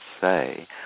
say